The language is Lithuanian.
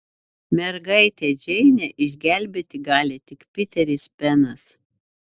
mergaitę džeinę išgelbėti gali tik piteris penas